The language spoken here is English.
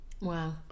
Wow